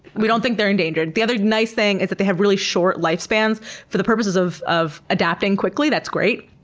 we don't think they're endangered. the other nice thing is that they have really short life spans for the purposes of of adapting quickly, that's great.